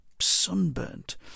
sunburnt